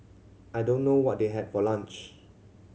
I don't know what they had for lunch